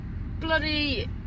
bloody